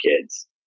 kids